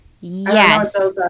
yes